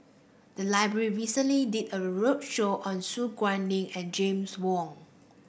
the library recently did a roadshow on Su Guaning and James Wong